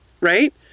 right